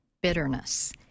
bitterness